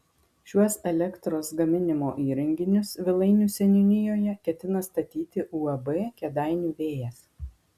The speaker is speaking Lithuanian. šiuos elektros gaminimo įrenginius vilainių seniūnijoje ketina statyti uab kėdainių vėjas